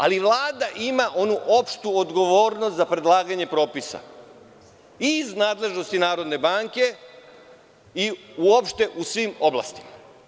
Ali, Vlada ima onu opštu odgovornost za predlaganje propisa i iz nadležnosti Narodne banke i uopšte u svim oblastima.